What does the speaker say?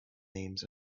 names